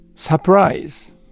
Surprise